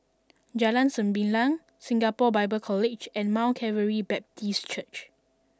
Jalan Sembilang Singapore Bible College and Mount Calvary Baptist Church